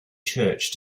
church